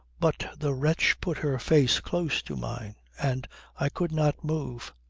but the wretch put her face close to mine and i could not move.